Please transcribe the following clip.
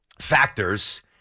factors